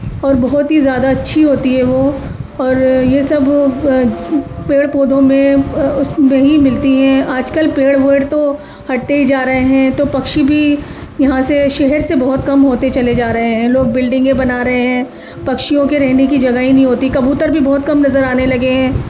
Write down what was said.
اور بہت ہی زیادہ اچھی ہوتی ہے وہ اور یہ سب پیڑ پودوں میں اس میں ہی ملتی ہیں آج کل پیڑ ویڑ تو ہٹتے ہی جا رہے ہیں تو پکشی بھی یہاں سے شہر سے بہت کم ہوتے چلے جا رہے ہیں لوگ بلڈگیں بنا رہے ہیں پکشیوں کے رہنے کی جگہ ہی نہیں ہوتی کبوتر بھی بہت کم نظر آنے لگے ہیں